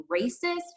racist